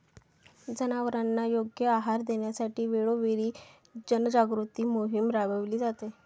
जनावरांना योग्य आहार देण्यासाठी वेळोवेळी जनजागृती मोहीम राबविली जाते